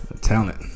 talent